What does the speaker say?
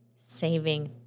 saving